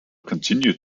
continued